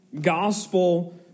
gospel